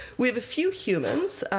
we have a few humans.